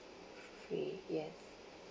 okay yes